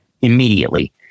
immediately